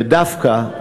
ודווקא,